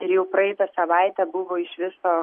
ir jau praeitą savaitę buvo iš viso